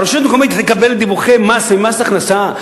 הרשות המקומית תקבל דיווחי מס ממס הכנסה?